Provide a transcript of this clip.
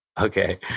Okay